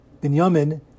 Binyamin